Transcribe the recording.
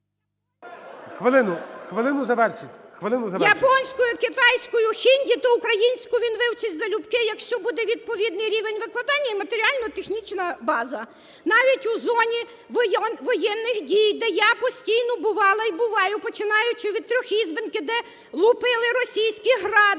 хвилину – завершити. МАТІОС М.В. Японською, китайською, хінді, то українську він вивчить залюбки, якщо буде відповідний рівень викладання і матеріально-технічна база. Навіть у зоні воєнних дій, де я постійно бувала і буваю, починаючи від Трьохізбенки, де лупили російські "Гради"